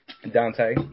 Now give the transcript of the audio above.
Dante